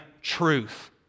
truth